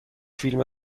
فیلم